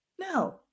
no